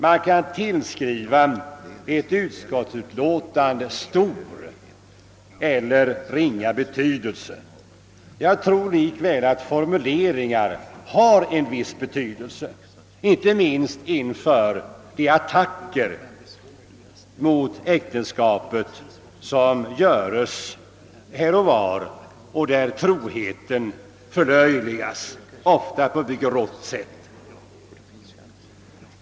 Man kan tillskriva ett utskottsuttalande stor eller ringa betydelse. Jag tror likväl att formuleringar har en viss betydelse, inte minst inför de attacker äktenskapet utsätts för och där troheten förlöjligas, ofta på ett mycket rått sätt.